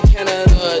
Canada